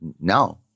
no